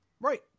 Right